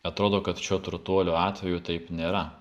atrodo kad šio turtuolio atveju taip nėra